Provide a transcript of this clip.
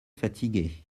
fatigué